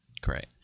Great